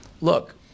look